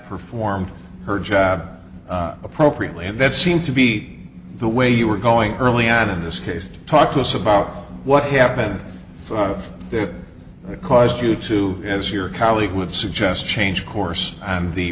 performed her job appropriately and that seemed to be the way you were going early on in this case to talk to us about what happened that caused you to as your colleague would suggest change course and the